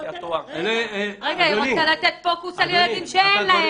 כי זה אנשים שהם מספיק חכמים והם יודעים